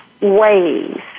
ways